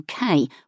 UK